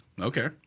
okay